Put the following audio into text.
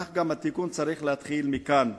כך גם התיקון צריך להתחיל מכאן,